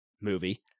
movie